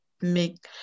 make